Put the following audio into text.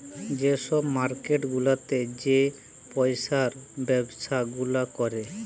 যে ছব মার্কেট গুলাতে যে পইসার ব্যবছা গুলা ক্যরে